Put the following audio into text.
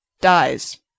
Dies